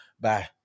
Bye